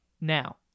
Now